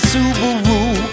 Subaru